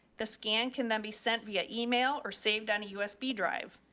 the scan can then be sent via email or saved on a usb drive.